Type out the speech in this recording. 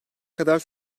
kadar